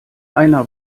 einer